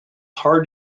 hard